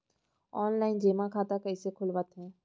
Online जेमा खाता कइसे खोलवाथे?